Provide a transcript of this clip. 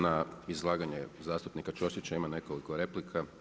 Na izlaganje zastupnika Ćosića ima nekoliko replika.